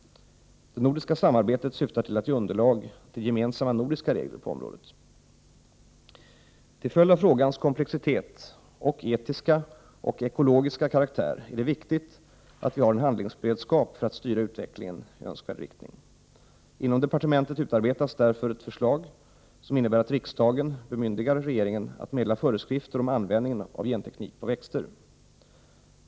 Det nordiska samarbetet syftar till att ge underlag till gemensamma nordiska regler på området. Till följd av frågans komplexitet och etiska och ekologiska karaktär är det viktigt att vi har en handlingsberedskap för att styra utvecklingen i önskvärd riktning. Inom departementet utarbetas därför ett förslag som innebär att riksdagen bemyndigar regeringen att meddela föreskrifter om användningen av genteknik på växter.